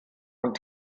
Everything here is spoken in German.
und